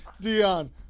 Dion